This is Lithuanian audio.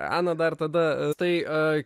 ana dar tada tai